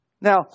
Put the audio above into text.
Now